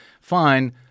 fine